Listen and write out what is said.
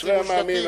אשרי המאמין,